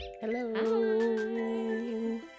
hello